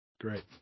Great